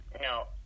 no